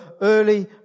early